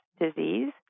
disease